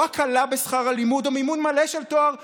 או הקלה בשכר הלימוד או מימון מלא של תואר אקדמי?